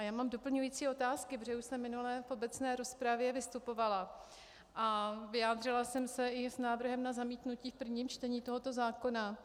Já mám doplňující otázky, protože už jsem minule v obecné rozpravě vystupovala a vyjádřila jsem se i s návrhem na zamítnutí v prvním čtení tohoto zákona.